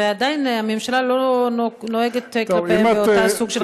ועדיין הממשלה לא נוהגת כלפיהם באותו סוג של חריצות.